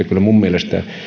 kyllä minun mielestäni